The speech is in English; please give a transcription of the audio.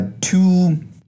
two